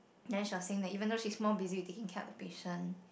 then she was saying that even though she's more busy taking care of the patient